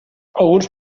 alguns